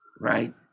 right